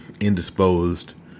indisposed